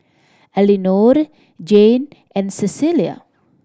Elinore Jane and Cecilia